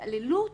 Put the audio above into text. ובהתעללות